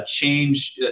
change